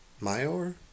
Mayor